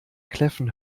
kläffen